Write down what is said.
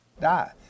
die